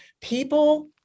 people